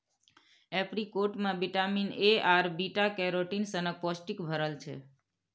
apricot मे vitamin A आर beta carotene सनक पौष्टिक भरल छै